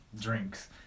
drinks